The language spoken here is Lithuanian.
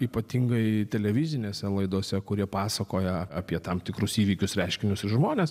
ypatingai televizinėse laidose kur jie pasakoja apie tam tikrus įvykius reiškinius ir žmones